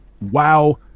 wow